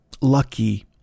lucky